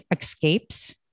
escapes